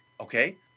okay